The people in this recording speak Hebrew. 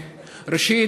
ראשית,